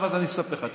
עוד מעט אני אספר לך,